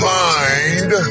mind